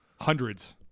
Hundreds